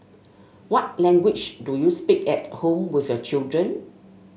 what language do you speak at home with your children